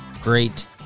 great